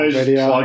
video